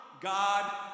God